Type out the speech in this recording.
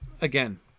Again